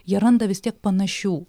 jie randa vis tiek panašių